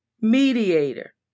mediator